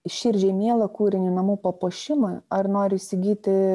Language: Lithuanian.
širdžiai mielą kūrinį namų papuošimą ar noriu įsigyti